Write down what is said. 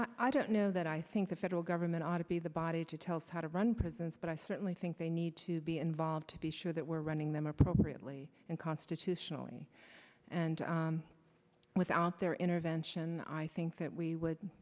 i don't know that i think the federal government ought to be the body to tell us how to run prisons but i certainly think they need to be involved to be sure that we're running them appropriately and constitutionally and without their intervention i think that we would